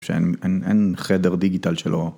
שאין חדר דיגיטל שלו.